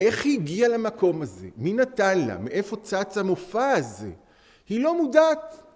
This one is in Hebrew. איך היא הגיעה למקום הזה? מי נתן לה? מאיפה צץ המופע הזה? היא לא מודעת.